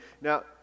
Now